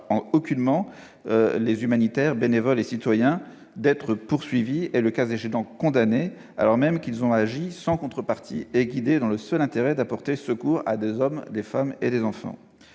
aucunement les humanitaires, bénévoles et citoyens d'être poursuivis et, le cas échéant, condamnés, alors même qu'ils ont agi sans contrepartie et guidés par le seul désir de porter secours à des hommes, des femmes et des enfants.